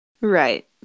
Right